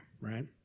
right